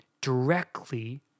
directly